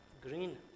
green